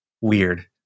weird